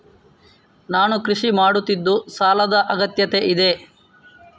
ನಾನು ಕೃಷಿ ಮಾಡುತ್ತಿದ್ದು ಸಾಲದ ಅಗತ್ಯತೆ ಇದೆ?